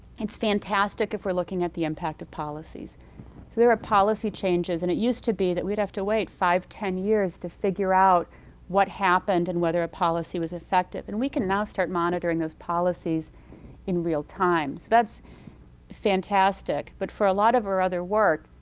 it's fantastic if we're looking at the impact of policies. so there are policy changes and it used to be that we'd have to wait five, ten years to figure out what happened and whether a policy was effective. and we can now start monitoring those policies in real time. so that's fantastic, but for a lot of our other work,